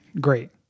great